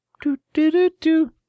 Do-do-do-do